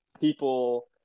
people